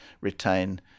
retain